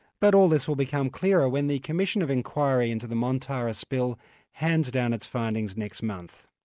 but all this will become clearer when the commission of inquiry into the montara spill hands down its findings next month.